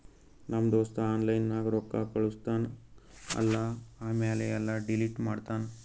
ನಮ್ ದೋಸ್ತ ಆನ್ಲೈನ್ ನಾಗ್ ರೊಕ್ಕಾ ಕಳುಸ್ತಾನ್ ಅಲ್ಲಾ ಆಮ್ಯಾಲ ಎಲ್ಲಾ ಡಿಲೀಟ್ ಮಾಡ್ತಾನ್